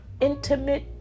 intimate